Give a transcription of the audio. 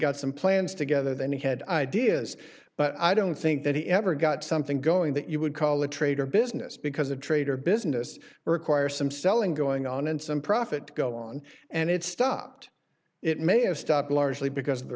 got some plans together then he had ideas but i don't think that he ever got something going that you would call a trade or business because a trade or business require some selling going on and some profit to go on and it stopped it may have stopped largely because of the